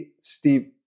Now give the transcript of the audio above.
Steve